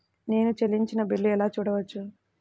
నేను చెల్లించిన బిల్లు ఎలా చూడవచ్చు?